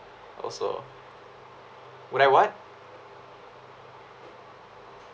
also when I what